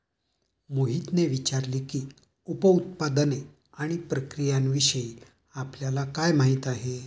मोहितने विचारले की, उप उत्पादने आणि प्रक्रियाविषयी आपल्याला काय माहिती आहे?